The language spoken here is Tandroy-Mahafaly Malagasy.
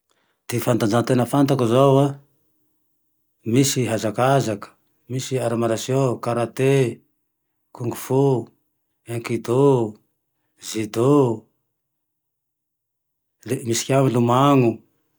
Ty fanatanjatena fantako zao a, misy hazakazaky, misy ara marsiô, misy karate, kung fu, inkido, zidô, le misy kea milomano